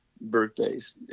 birthdays